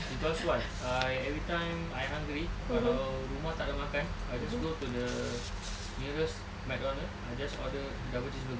cause why I every time I hungry kalau rumah tak ada makan I just go to the nearest mcdonald's I just order a double cheeseburger